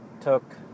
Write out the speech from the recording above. took